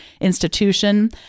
institution